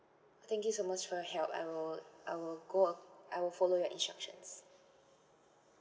thank you so much for your help I will I will go ac~ I will follow your instructions